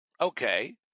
okay